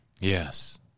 yes